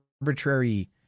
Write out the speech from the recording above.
arbitrary